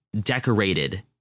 decorated